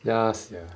ya sia